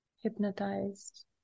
hypnotized